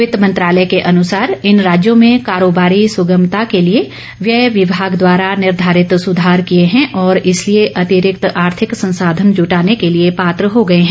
वित्त मंत्रालय के अनुसार इन राज्यों में कारोबारी सुगमता के लिए व्यय विभाग द्वारा निर्घारित सुधार किए हैं और इसलिए अतिरिक्त ैआर्थिक संसाधन जुटाने के लिए पात्र हो गए हैं